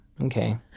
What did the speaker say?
Okay